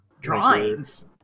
Drawings